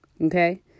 Okay